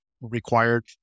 required